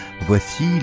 voici